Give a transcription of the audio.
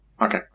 Okay